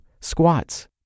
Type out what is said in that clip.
Squats